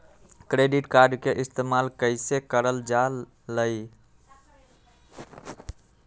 Credit card के इस्तेमाल कईसे करल जा लई?